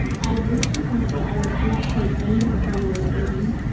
i have reached a point where i refused to take anymore time away from them.